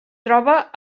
troba